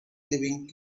living